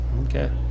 okay